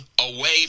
away